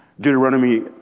Deuteronomy